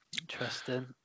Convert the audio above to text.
interesting